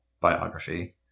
biography